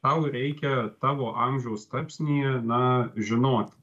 tau reikia tavo amžiaus tarpsnyje na žinoti